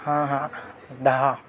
हां हां दहा